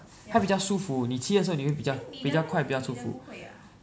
它比较舒服你骑的时候你会比较比较快比较舒服